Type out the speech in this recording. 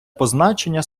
позначення